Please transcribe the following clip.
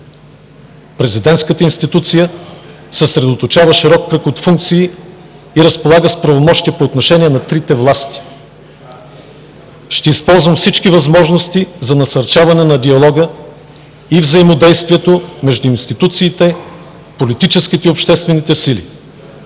Президентската институция съсредоточава широк кръг от функции и разполага с правомощия по отношение на трите власти. Ще използвам всички възможности за насърчаване на диалога и взаимодействието между институциите, политическите и обществените сили,